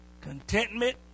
Contentment